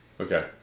Okay